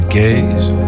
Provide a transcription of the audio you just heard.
gaze